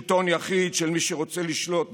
שלטון יחיד של מי שרוצה לשלוט בתקשורת,